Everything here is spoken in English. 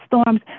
storms